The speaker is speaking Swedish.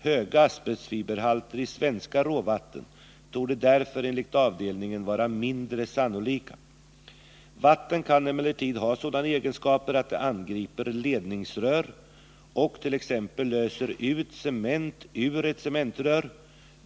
Höga asbestfiberhalter i svenska råvatten borde därför enligt avdelningen vara mindre sannolika. Vatten kan emellertid ha sådana egenskaper att det angriper ledningsrör och t.ex. löser ut cement ur ett cementrör.